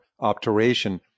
obturation